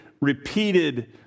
repeated